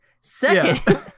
Second